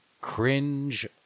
cringe